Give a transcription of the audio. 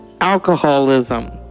Alcoholism